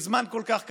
בזמן כל כך קצר.